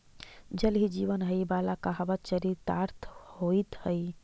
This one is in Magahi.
जल ही जीवन हई वाला कहावत चरितार्थ होइत हई